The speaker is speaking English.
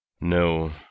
No